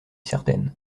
certaine